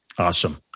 Awesome